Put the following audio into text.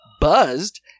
buzzed